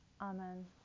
Amen